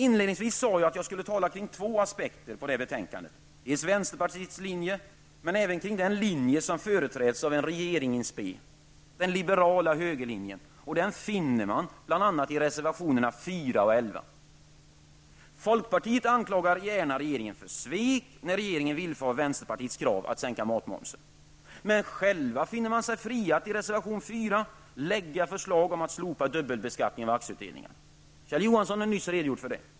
Inledningsvis sade jag att jag skulle tala om två aspekter på detta betänkande. Dels gäller det alltså vänsterpartiets linje, dels gäller det den linje som företräds av en regering ''in spe''. Det handlar om den liberala högerlinjen, som återfinns bl.a. i reservationerna 4 och 11. Folkpartiet anklagar gärna regeringen för svek när regeringen villfar vänsterpartiets krav på en sänkning av matmomsen. Men själv finner man sig i folkpartiet dock fri att, som framgår av reservation 4, lägga fram förslag om en slopad dubbelbeskattning av aktieutdelningar. Kjell Johansson har ju nyss redogjort för den saken.